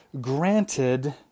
granted